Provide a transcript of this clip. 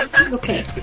Okay